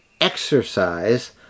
exercise